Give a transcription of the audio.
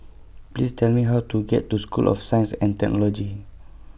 Please Tell Me How to get to School of Science and Technology